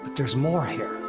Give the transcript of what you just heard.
there's more here,